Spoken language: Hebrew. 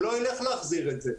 הוא לא ילך להחזיר את זה.